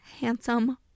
handsome